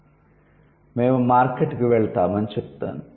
'మేము మార్కెట్కు వెళ్తామ'ని చెబుతాను